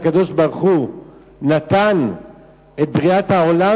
כשהקדוש-ברוך-הוא נתן את בריאת העולם,